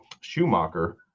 schumacher